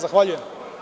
Zahvaljujem.